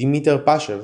דימיטר פשב